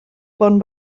bon